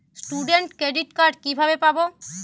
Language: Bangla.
স্টুডেন্ট ক্রেডিট কার্ড কিভাবে পাব?